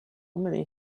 many